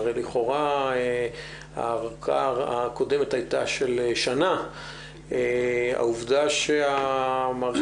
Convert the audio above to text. הרי לכאורה הארכה הקודמת הייתה של שנה והעובדה שהמערכת